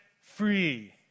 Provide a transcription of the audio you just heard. free